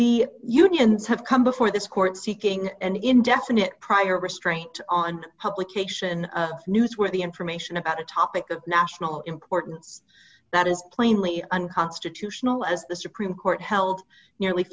the unions have come before this court seeking an indefinite prior restraint on publication of newsworthy information about a topic of national importance that is plainly unconstitutional as the supreme court held nearly